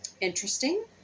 Interesting